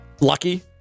Lucky